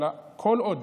אבל כל עוד